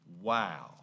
Wow